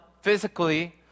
physically